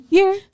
Year